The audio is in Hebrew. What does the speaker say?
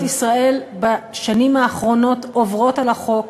ממשלות ישראל בשנים האחרונות עוברות על החוק,